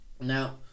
now